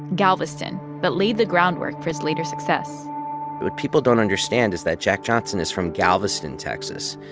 galveston, that laid the groundwork for his later success but what people don't understand is that jack johnson is from galveston, texas.